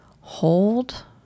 hold